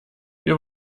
wir